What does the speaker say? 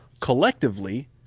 collectively